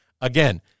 Again